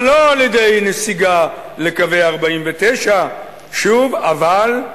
אבל לא על-ידי נסיגה לקווי 49' ושוב אבל,